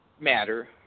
matter